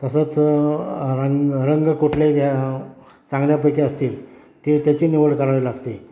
तसंच रंग रंग कुठले घ्या चांगल्यापैकी असतील ते त्याची निवड करावी लागते